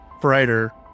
brighter